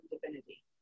divinity